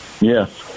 Yes